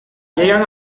llegan